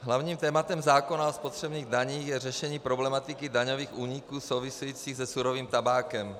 Hlavním tématem zákona o spotřebních daních je řešení problematiky daňových úniků souvisejících se surovým tabákem.